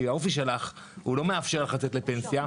האופי שלך הוא לא מאפשר לך לצאת לפנסיה,